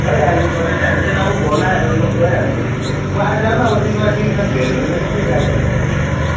खै आज कतै जानु छैन अब फोन आयो भने मो गइहाल्छु र अब जान्नँ अब तिमीलाई तिमीसँग भेट हुनेरहेछ के गाडीभाडा गरिराखेको बित्थामा